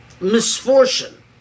misfortune